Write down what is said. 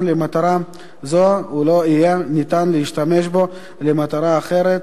למטרה זו ולא יהיה ניתן להשתמש בו למטרה אחרת